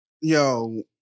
Yo